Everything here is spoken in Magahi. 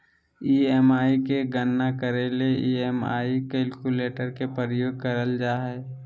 ई.एम.आई के गणना करे ले ई.एम.आई कैलकुलेटर के प्रयोग करल जा हय